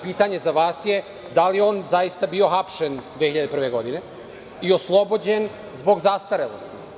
Pitanje za vas je – da li je on zaista bio hapšen 2001. godine i oslobođen zbog zastarelosti?